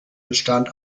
bestand